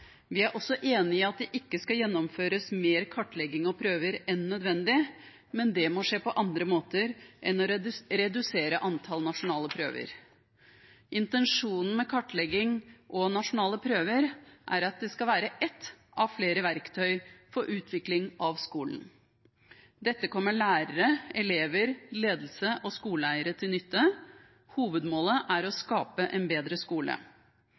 Vi er også enig i at det ikke skal gjennomføres mer kartlegging og prøver enn nødvendig, men det må skje på andre måter enn å redusere antall nasjonale prøver. Intensjonen med kartlegging og nasjonale prøver er at det skal være ett av flere verktøy for utvikling av skolen. Dette kommer lærere, elever, ledelse og skoleeiere til nytte. Hovedmålet er å skape en bedre skole.